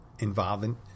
Involving